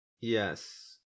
yes